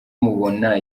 mubona